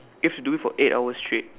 you have to do it for eight hours straight